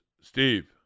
Steve